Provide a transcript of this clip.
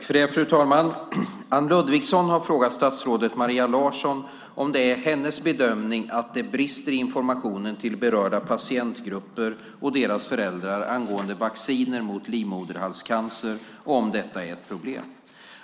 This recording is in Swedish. Fru talman! Anne Ludvigsson har frågat statsrådet Maria Larsson om det är hennes bedömning att det brister i informationen till berörda patientgrupper och deras föräldrar angående vacciner mot livmoderhalscancer och om det är ett problem.